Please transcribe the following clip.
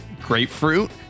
grapefruit